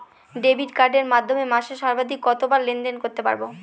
Debit কার্ডের মাধ্যমে মাসে সর্বাধিক কতবার লেনদেন করতে পারবো?